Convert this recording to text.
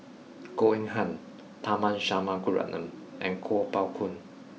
Goh Eng Han Tharman Shanmugaratnam and Kuo Pao Kun